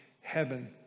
heaven